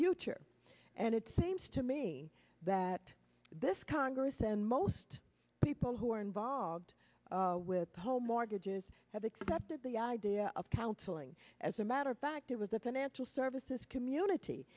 future and it seems to me that this congress and most people who are involved with home mortgages have accepted the idea of counseling as a matter of fact it was the financial services community